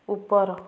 ଉପର